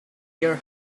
your